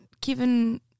given